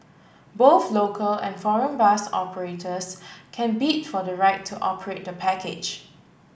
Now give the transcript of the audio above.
both local and foreign bus operators can bid for the right to operate the package